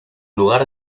lugar